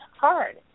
hard